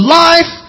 life